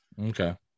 okay